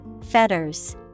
Fetters